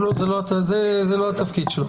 זה לא התפקיד שלו.